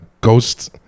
ghosts